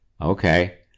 Okay